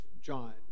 John